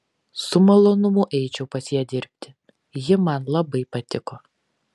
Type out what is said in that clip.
su malonumu eičiau pas ją dirbti ji man labai patiko